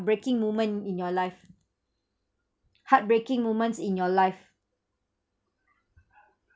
breaking moment in your life heartbreaking moments in your life